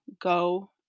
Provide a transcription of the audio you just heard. go